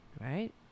right